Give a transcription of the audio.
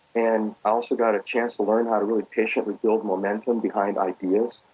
and i also got a chance to learn how to really patiently build momentum behind ideas.